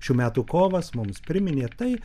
šių metų kovas mums priminė tai